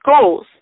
goals